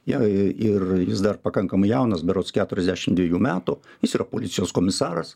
jei ir jis dar pakankamai jaunas berods keturiasdešimt dvejų metų jis yra policijos komisaras